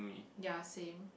ya same